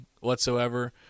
whatsoever